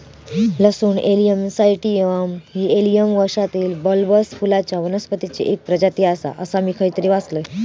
लसूण एलियम सैटिवम ही एलियम वंशातील बल्बस फुलांच्या वनस्पतीची एक प्रजाती आसा, असा मी खयतरी वाचलंय